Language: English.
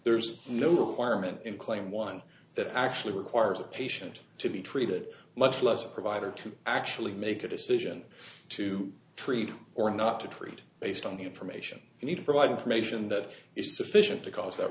there's no requirement in claim one that actually requires a patient to be treated much less a provider to actually make a decision to treat or not to treat based on the information they need to provide information that is sufficient to cause that